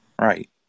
Right